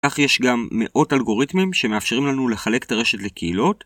אך יש גם מאות אלגוריתמים שמאפשרים לנו לחלק את הרשת לקהילות